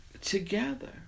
together